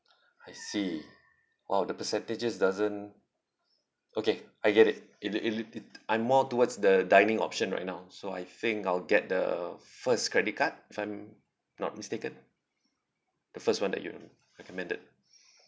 I see !wow! the percentages doesn't okay I get it I'm more towards the dining option right now so I think I'll get the first credit card if I'm not mistaken the first one that you recommended